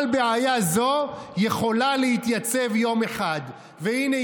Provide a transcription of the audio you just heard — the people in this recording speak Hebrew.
אבל בעיה זו יכולה להתייצב ביום אחד" והינה,